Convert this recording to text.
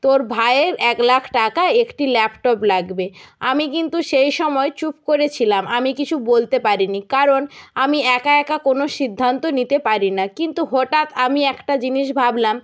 তোর ভায়ের এক লাখ টাকা একটি ল্যাপটপ লাগবে আমি কিন্তু সেই সময় চুপ করেছিলাম আমি কিছু বলতে পারি নি কারণ আমি একা একা কোনো সিদ্ধান্ত নিতে পারি না কিন্তু হঠাৎ আমি একটা জিনিস ভাবলাম